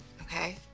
okay